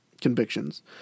convictions